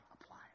apply